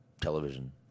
television